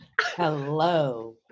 Hello